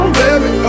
baby